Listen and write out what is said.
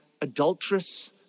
adulterous